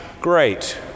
Great